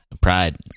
Pride